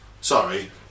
sorry